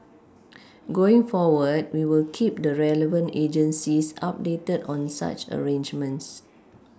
going forward we will keep the relevant agencies updated on such arrangements